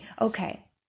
okay